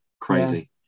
Crazy